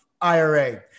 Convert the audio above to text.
IRA